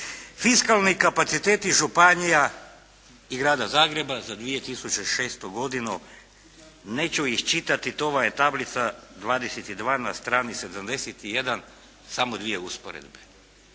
fiskalni kapaciteti županija i Grada Zagreba za 2006. godinu, neću iščitati, to vam je tablica 22 na strani 71, samo dvije usporedbe.